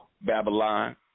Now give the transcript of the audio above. Babylon